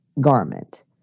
garment